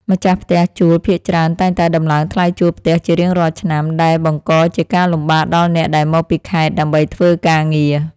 ម្ចាស់ផ្ទះជួលភាគច្រើនតែងតែដំឡើងថ្លៃឈ្នួលផ្ទះជារៀងរាល់ឆ្នាំដែលបង្កជាការលំបាកដល់អ្នកដែលមកពីខេត្តដើម្បីធ្វើការងារ។